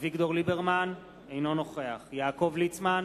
אביגדור ליברמן, אינו נוכח יעקב ליצמן,